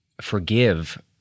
forgive